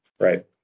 Right